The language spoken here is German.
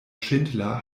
schindler